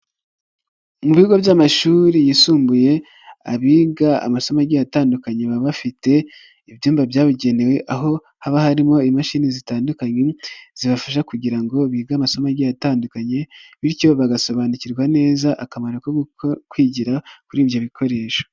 Mu bigo by'amashuri yisumbuye, abiga amasomo agiye atandukanye baba bafite ibyumba byabugenewe, aho haba harimo imashini zitandukanye zibafasha kugira ngo bige amasomo agiye atandukanye, bityo bagasobanukirwa neza akamaro ko kwigira kuri ibyo bikoresho.